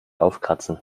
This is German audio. aufkratzen